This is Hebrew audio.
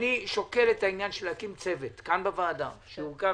אני שוקל להקים צוות כאן בוועדה שיורכב